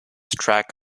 track